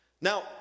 Now